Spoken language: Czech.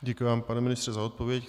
Děkuji vám, pane ministře, za odpověď.